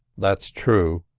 that's true,